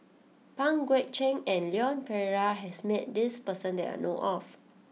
Pang Guek Cheng and Leon Perera has met this person that I know of